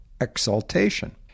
exaltation